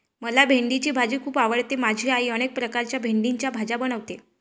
मला भेंडीची भाजी खूप आवडते माझी आई अनेक प्रकारच्या भेंडीच्या भाज्या बनवते